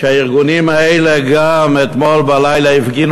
והארגונים האלה גם אתמול בלילה הפגינו